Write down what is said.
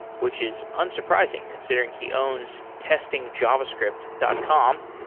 which is unsurprising considering he owns testingjavascript dot com.